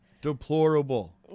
Deplorable